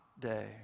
day